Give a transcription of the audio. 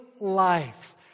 life